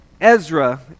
Ezra